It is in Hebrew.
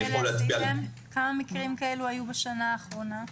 כמה מקרים כאלה היו בשנה האחרונה?